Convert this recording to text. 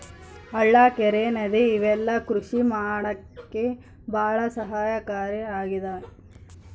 ಹಳ್ಳ ಕೆರೆ ನದಿ ಇವೆಲ್ಲ ಕೃಷಿ ಮಾಡಕ್ಕೆ ಭಾಳ ಸಹಾಯಕಾರಿ ಆಗಿದವೆ